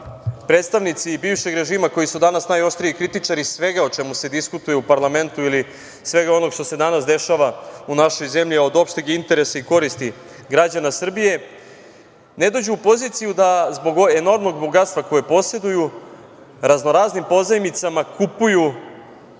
predstavnici bivšeg režima koji su danas najoštriji kritičari svega o čemu se diskutuje u parlamentu ili svega onoga što se danas dešava u našoj zemlji, a od opšteg interesa i koristi građana Srbije, ne dođu u poziciju da zbog enormnog bogatstva koje poseduju raznoraznim pozajmicama kupuju